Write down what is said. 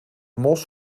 mos